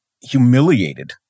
humiliated